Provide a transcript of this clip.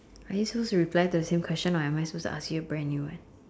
are you supposed to reply the same question or am I suppose to answer brand a new one